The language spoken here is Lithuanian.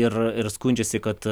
ir ir skundžiasi kad